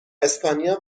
اسپانیا